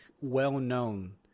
well-known